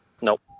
Nope